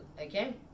okay